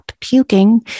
puking